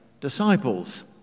disciples